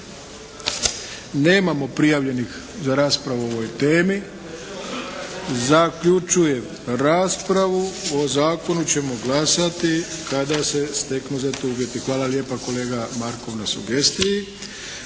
Nemamo prijavljenih za raspravu o ovoj temi. Zaključujem raspravu. O zakonu ćemo glasovati kada se steknu za to uvjeti. **Šeks, Vladimir